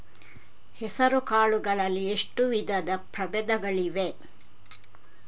ಹೆಸರುಕಾಳು ಗಳಲ್ಲಿ ಎಷ್ಟು ವಿಧದ ಪ್ರಬೇಧಗಳಿವೆ?